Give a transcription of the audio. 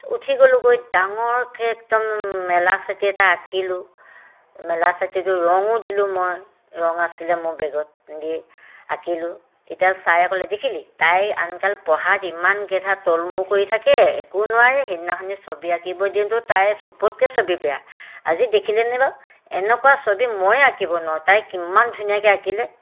উঠি গ'লোঁ গৈ ডাঙৰকৈ একদম মেলা ছাতি এটা আঁকিলোঁ মেলা ছাতিটো ৰঙো দিলোঁ মই ৰঙ আছিলে মোৰ বেগত দি আঁকিলোঁ তেতিয়া ছাৰে ক'লে দেখিলি তাই আনকালে পঢ়াত ইমান গেধা তলমূৰ কৰি থাকে একো নোৱাৰে সেইদিনাখনি ছবি আঁকিব দিওঁতেও তাইৰে সবতকৈ ছবি বেয়া আজি দেখিলিনে বাৰু এনেকুৱা ছবি ময়ে আঁকিব নোৱাৰোঁ তাই কিমান ধুনীয়াকৈ আঁকিলে